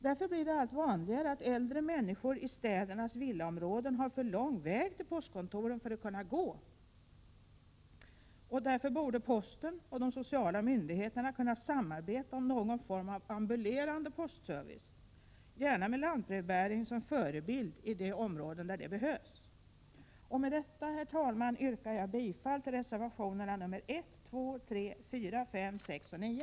Därför blir det allt vanligare att äldre människor i städernas villaområden har för lång väg till postkontoren för att kunna gå dit. Därför borde posten och de sociala myndigheterna kunna samarbeta om någon form av ambulerande postservice, gärna med lantbrevbäring som förebild, i de områden där det behövs. Med detta, herr talman, yrkar jag bifall till reservationerna 1, 2,3,4,5,6 och 9.